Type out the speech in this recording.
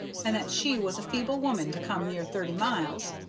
and that she was a feeble woman to come near thirty miles,